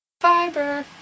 Fiber